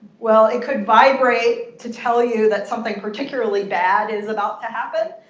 well, it could vibrate to tell you that something particularly bad is about to happen.